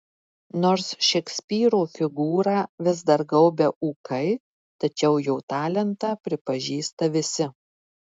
nors šekspyro figūrą vis dar gaubia ūkai tačiau jo talentą pripažįsta visi